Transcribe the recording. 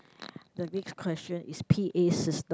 the next question is p_a system